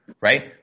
right